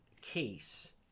case